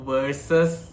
Versus